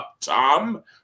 Tom